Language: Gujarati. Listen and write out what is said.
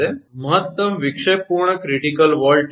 મહત્તમ વિક્ષેપપૂર્ણ ક્રિટીકલ વોલ્ટેજ તે 𝑉𝑚𝑎𝑥√2